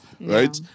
Right